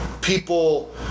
people